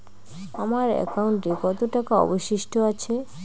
আমার একাউন্টে কত টাকা অবশিষ্ট আছে?